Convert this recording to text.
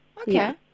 Okay